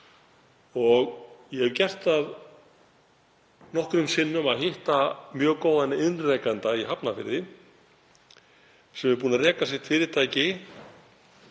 Ég hef gert það nokkrum sinnum að hitta mjög góðan iðnrekanda í Hafnarfirði sem er búinn að reka sitt fyrirtæki